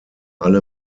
alle